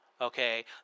Okay